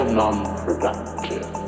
non-productive